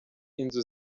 inzu